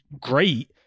great